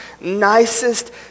nicest